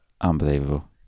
Unbelievable